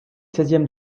seizièmes